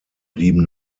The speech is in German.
blieben